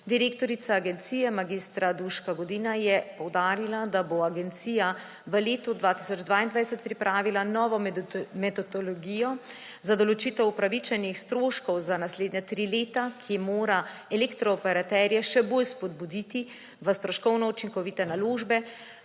Direktorica agencije mag. Duška Godina je poudarila, da bo agencija v letu 2022 pripravila novo metodologijo za določitev upravičenih stroškov za naslednja tri leta, ki mora elektrooperaterje še bolj spodbuditi v stroškovno učinkovite naložbe,